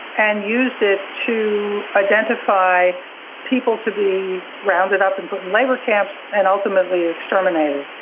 and used it to identify people to be rounded up and put in labour camps and ultimately exterminated.